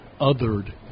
othered